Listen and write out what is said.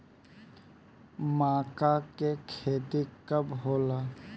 माका के खेती कब होला?